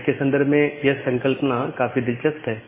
NAT के संदर्भ में यह संकल्पना काफी दिलचस्प है